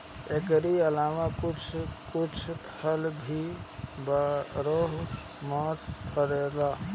एकरी अलावा कुछ कुछ फल भी बारहो मास फरेला